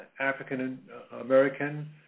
African-American